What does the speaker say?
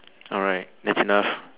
alright that's enough